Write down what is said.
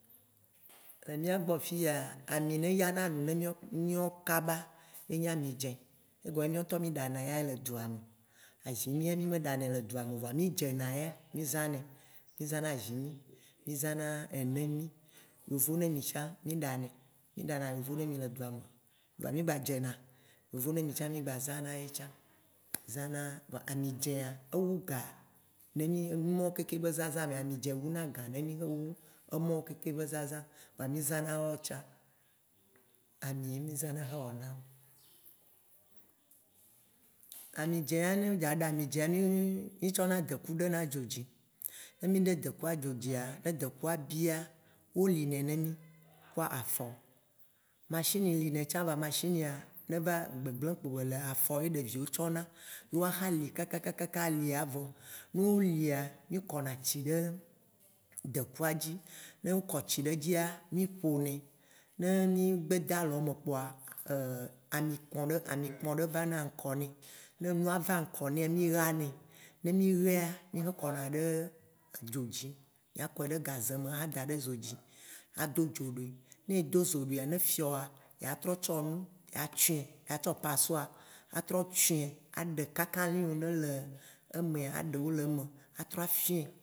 Le mìagbɔ fiya, ami ne yana nu ne mì kaba ye nyi amidzĩ egɔme nye be mìɔŋtɔ mì ɖana ya le dua me, azimi ya mì me ɖa nɛ le dua me o voa, mìdzena ya, mìzã nɛ. Mì zãna zimi, mì zãna nemi, yovo nemi tsã mì ɖanɛ. Mì ɖana yovonemì le dua me, vɔa mì gba dzena yovo nemi tsã, mì gba zãna ye tsã. Zãna, vɔa amidzĩa ewu gã, le numɔwo keŋkeŋ zãzã mea, amidzĩa wu gã ne mì xewu emɔwo keŋkeŋ be zãzã vɔa mì zãna woawo tsã. Ami mì zãna xe wɔnawo. Amidzĩa, ne mì dza ɖa amidzĩa, mítsɔna deku ɖena dzodzi, ne mì ɖe dekua dzodzi ne dekua bia, wo li nɛ ne mì ku afɔ, machini li nɛ ne mì vɔ machinia, ne va, gbegble kpo bele. Kpoa afɔ ye ɖeviwo tsɔna, ye woaxa li kaka ali avɔ. No lia, mì kɔna tsi ɖe dekua dzi, ne wo kɔ tsi ɖe dzia, mìƒo nɛ. Ne mì gbe da lɔ me kpoa, amikpɔ̃-amikpɔ̃ ɖe vana ŋgɔ nɛ, ne nua va ŋkɔ nɛa, mì hanɛ, ne mì hae, mì xɔ kɔna ɖe edzo dzi, mìa kɔɛ ɖe gaze me ada ɖe dzodzi ado dzo ɖui, ne do dzo ɖui ne fiɔa, ya trɔ tsɔ nu ya tsuiɛ, ya tsɔ pasoir atrɔ tsuiɛ aɖe kakalĩ yiwo ne le emea aɖewo le eme atrɔ afiɔ̃ɛ.